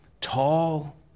tall